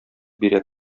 бирә